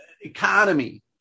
economy